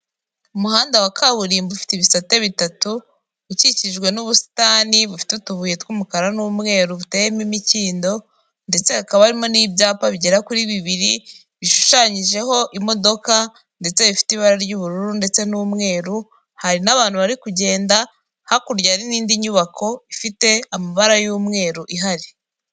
Umuhanda wa kaburimbo ufite ibisate bitatu ukikijwe n'ubusitani bufite utubuye tw'umukara n'umweru, duteyemo imikindo ndetse akaba arimo n'ibyapa bigera kuri bibiri, bishushanyijeho imodoka ndetse bifite ibara ry'ubururu ndetse n'umweru, hari n'abantu bari kugenda hakurya hari n'indi nyubako ifite amabara y'umweru ihari.